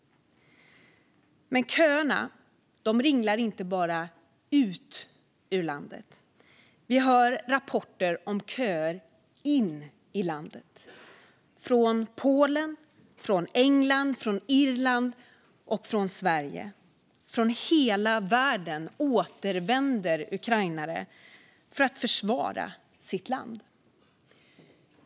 Men köerna ringlar inte bara ut ur landet. Vi hör rapporter om köer in i landet, från Polen, från England, från Irland och från Sverige - från hela världen återvänder ukrainare för att försvara sitt land.